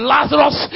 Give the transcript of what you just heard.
Lazarus